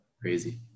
crazy